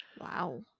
Wow